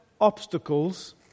obstacles